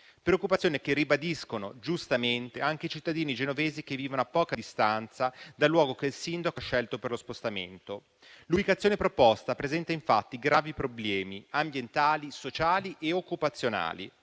preoccupazioni che ribadiscono giustamente anche i cittadini genovesi che vivono a poca distanza dal luogo che il sindaco ha scelto per il dislocamento. L'ubicazione proposta presenta, infatti, gravi problemi ambientali, sociali e occupazionali.